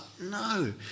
no